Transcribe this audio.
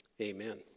amen